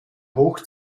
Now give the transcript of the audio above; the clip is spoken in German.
hoch